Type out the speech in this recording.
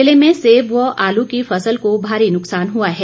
जिले में सेब व आलू की फसल को भारी नुक्सान हुआ है